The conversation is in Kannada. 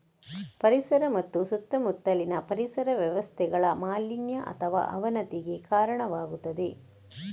ಪರಿಸರ ಮತ್ತು ಸುತ್ತಮುತ್ತಲಿನ ಪರಿಸರ ವ್ಯವಸ್ಥೆಗಳ ಮಾಲಿನ್ಯ ಅಥವಾ ಅವನತಿಗೆ ಕಾರಣವಾಗುತ್ತದೆ